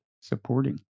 supporting